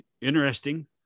Interesting